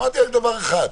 אמרתי רק דבר אחד,